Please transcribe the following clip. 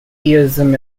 deism